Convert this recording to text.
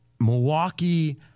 Milwaukee